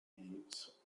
donations